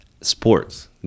sports